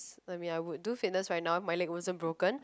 I mean I would do fitness right now if my leg wasn't broken